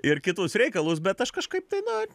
ir kitus reikalus bet aš kažkaip tai na